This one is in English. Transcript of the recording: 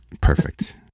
perfect